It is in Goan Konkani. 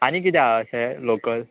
आनी किदें आहा अशें लोकल